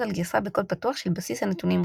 על גרסה בקוד פתוח של בסיס הנתונים רדיס.